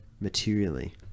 materially